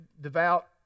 devout